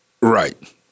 Right